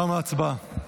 תמה ההצבעה.